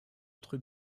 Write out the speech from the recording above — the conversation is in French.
autre